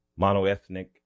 monoethnic